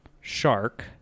shark